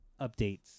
updates